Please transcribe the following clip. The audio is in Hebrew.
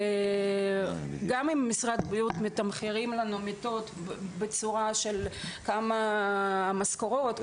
גם אם משרד הבריאות מתמחרים לנו מיטות בצורה של כמה משכורות,